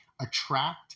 attract